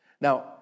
Now